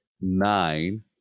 nine